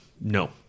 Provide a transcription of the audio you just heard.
no